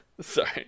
Sorry